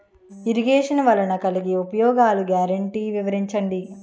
Irrigation వలన కలిగే ఉపయోగాలు గ్యారంటీ వివరించండి?